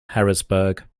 harrisburg